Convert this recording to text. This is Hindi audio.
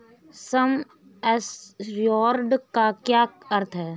सम एश्योर्ड का क्या अर्थ है?